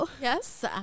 Yes